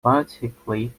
phonetically